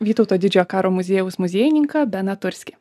vytauto didžiojo karo muziejaus muziejininką beną turskį